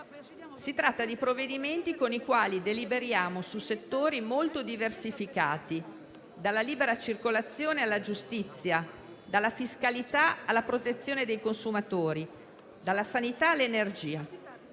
Si tratta di provvedimenti con i quali deliberiamo su settori molto diversificati: dalla libera circolazione alla giustizia, dalla fiscalità alla protezione dei consumatori, dalla sanità all'energia.